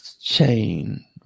chain